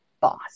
boss